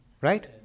Right